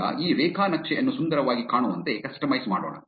ಈಗ ಈ ರೇಖಾನಕ್ಷೆ ಅನ್ನು ಸುಂದರವಾಗಿ ಕಾಣುವಂತೆ ಕಸ್ಟಮೈಸ್ ಮಾಡೋಣ